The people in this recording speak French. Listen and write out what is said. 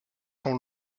sont